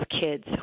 kids